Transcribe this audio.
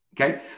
Okay